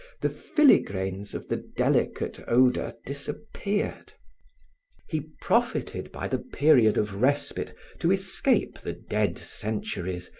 the filigranes of the delicate odor disappeared he profited by the period of respite to escape the dead centuries,